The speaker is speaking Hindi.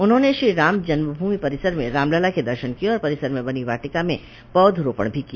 उन्होंने श्री राम जन्मभूमि परिसर में रामलला के दर्शन किये और परिसर में बनी वाटिका में पौधरोपण भी किया